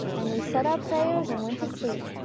and we said our prayers and went to sleep.